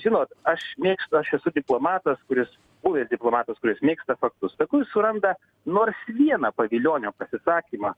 žinot aš mėgstu aš esu diplomatas kuris buvęs diplomatas kuris mėgsta faktus tegu jis suranda nors vieną pavilionio pasisakymą